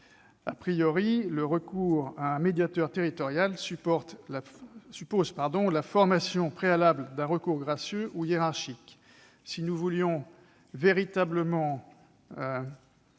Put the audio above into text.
concitoyens., le recours à un médiateur territorial suppose la formation préalable d'un recours gracieux ou hiérarchique. Si nous voulions véritablement